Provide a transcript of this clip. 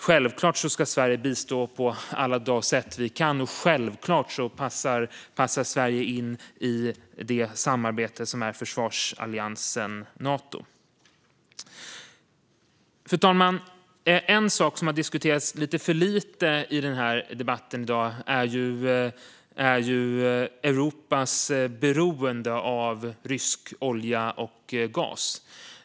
Självklart ska Sverige bistå på alla sätt vi kan, och självklart passar Sverige in i det samarbete som är försvarsalliansen Nato. Fru talman! En sak som har diskuterats lite för lite i debatten i dag är Europas beroende av rysk olja och gas.